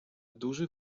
duży